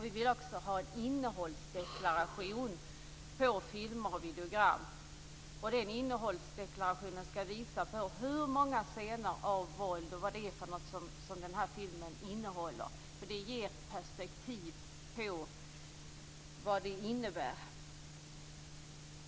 Vi vill dessutom ha en innehållsdeklaration av filmer och videogram. Den innehållsdeklarationen skall visa hur många scener av våld och vad det är som filmen innehåller. Det ger perspektiv på vad det innebär.